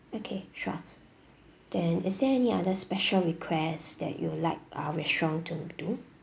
okay sure then is there any other special request that you'd like our restaurant to do